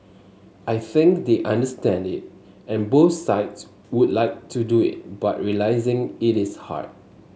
I think they understand it and both sides would like to do it but realising it is hard